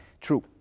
True